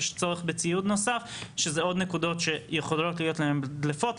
יש צורך בציוד נוסף שזה עוד נקודות שיכולות להיות להן דליפות,